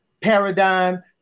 paradigm